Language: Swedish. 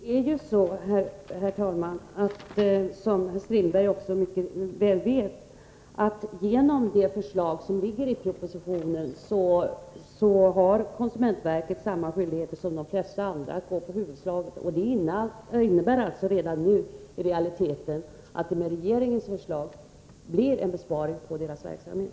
Herr talman! Som Per-Olof Strindberg mycket väl vet har konsumentverket, genom det förslag som föreligger i propositionen, samma skyldigheter som de flesta andra att gå på huvudanslaget. Det innebär i realiteten att det, med regeringens förslag, redan nu blir en besparing på konsumentverkets verksamhet.